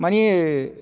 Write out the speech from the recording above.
माने